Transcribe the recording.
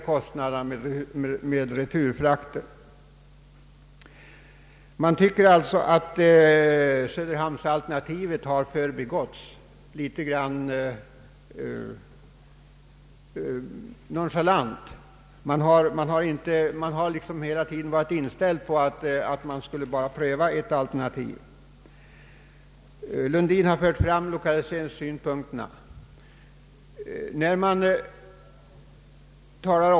Jag anser att Söderhamnsalternativet har förbigåtts litet nonchalant. Utredningen har hela tiden varit inställd på att pröva endast ett alternativ. Herr Lundin har erinrat om lokaliseringssynpunkterna.